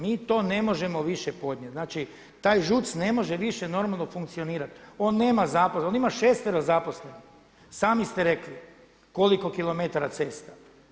Mi to ne možemo više podnijeti, znači taj ŽUC ne može više normalno funkcionirati on nema zaposlenih on ima šestero zaposlenih, sami ste rekli koliko kilometara cesta.